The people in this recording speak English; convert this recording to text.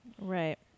right